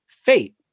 Fate